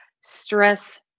stress